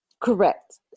Correct